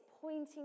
pointing